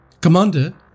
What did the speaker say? Commander